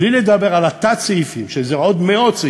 בלי לדבר על התת-סעיפים, שזה עוד מאות,